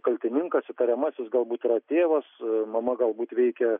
kaltininkas įtariamasis galbūt yra tėvas mama galbūt veikia